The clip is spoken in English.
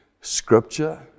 Scripture